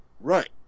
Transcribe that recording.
Right